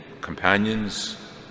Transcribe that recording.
companions